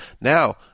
Now